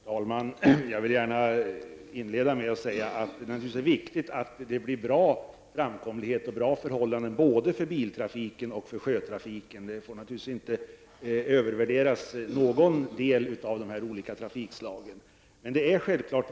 Herr talman! Jag vill gärna inleda med att säga att det naturligtvis är viktigt att framkomligheten och förhållandena blir bra både för biltrafiken och för sjötrafiken. Man får naturligtvis inte övervärdera någon del av dessa olika trafikslag.